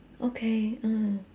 okay mm